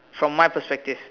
from my perspective